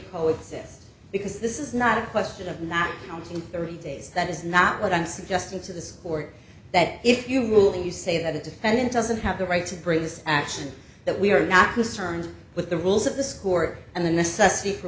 coexist because this is not a question of not wanting thirty days that is not what i'm suggesting to the court that if you move and you say that the defendant doesn't have the right to bring this action that we are not concerned with the rules of the score and the necessity for